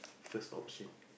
first option